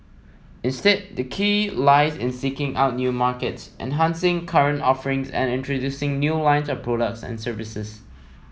instead the key lies in seeking out new markets enhancing current offerings and introducing new lines of products and services